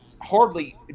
hardly